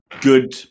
good